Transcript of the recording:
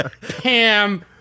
Pam